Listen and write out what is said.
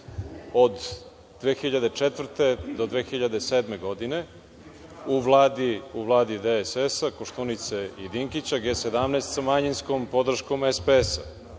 od 2004. do 2007. godine u Vladi DSS-a, Koštunice i Dinkića, G17, sa manjinskom podrškom SPS.Vi